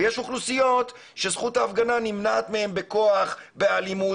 ויש אוכלוסיות שזכות ההפגנה נמנעת מהן בכוח ובאלימות.